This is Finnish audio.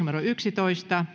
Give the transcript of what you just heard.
viisitoista